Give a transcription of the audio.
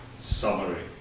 summary